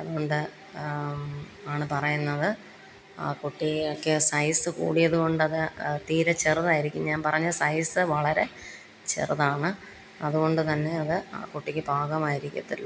അതുകൊണ്ട് ആണ് പറയുന്നത് ആ കുട്ടിക്ക് സൈസ് കൂടിയത് കൊണ്ടത് തീരെ ചെറുതായിരിക്കും ഞാൻ പറഞ്ഞ സൈസ് വളരെ ചെറുതാണ് അതുകൊണ്ടുതന്നെ അത് ആ കുട്ടിക്ക് പാകമായിരിക്കത്തില്ല